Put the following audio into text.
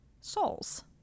souls